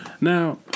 Now